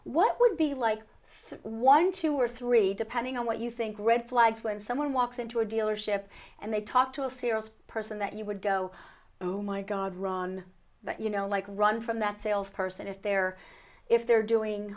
what would be like one two or three depending on what you think red flags when someone walks into a dealership and they talk to a sales person that you would go oh my god run that you know like run from that sales person if they're if they're doing